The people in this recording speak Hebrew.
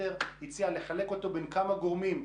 הציע לחלק את זה בין כמה גורמים,